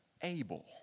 able